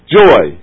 joy